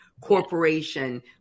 corporation